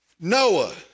Noah